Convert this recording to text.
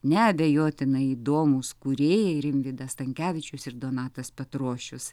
neabejotinai įdomūs kūrėjai rimvydas stankevičius ir donatas petrošius